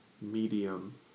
medium